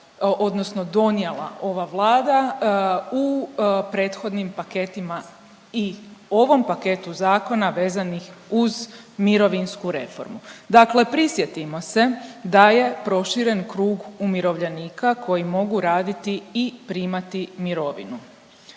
odnosno donijela ova Vlada u prethodnim paketima i ovom paketu zakona, vezanih uz mirovinsku reformu. Dakle prisjetimo se da je proširen krug umirovljenika koji mogu raditi i primati mirovinu